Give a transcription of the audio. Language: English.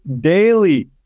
daily